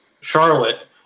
Charlotte